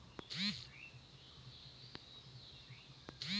মাটি থেকে চাষ হয়ে যাবার পর খাবার খাদ্য কার্টে রাখা হয়